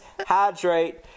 hydrate